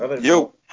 Yo